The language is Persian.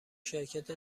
شرکت